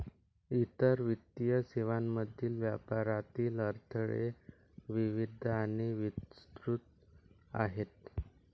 इतर वित्तीय सेवांमधील व्यापारातील अडथळे विविध आणि विस्तृत आहेत